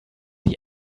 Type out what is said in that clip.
dir